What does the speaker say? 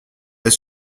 est